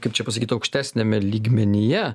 kaip čia pasakyt aukštesniame lygmenyje